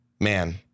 man